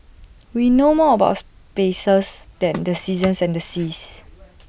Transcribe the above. we know more about spaces than the seasons and the seas